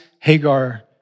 Hagar